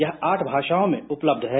यह आठ भाषाओं में उपलब्ध है